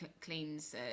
cleans